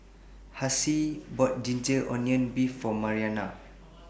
Hassie bought Ginger Onions Beef For Mariana